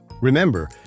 Remember